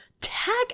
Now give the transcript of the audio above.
tag